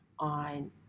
On